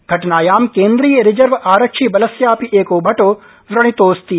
घटनायां केन्द्रीय रिजर्व आरक्षि बलस्यापि एको भटो व्रणितोऽस्ति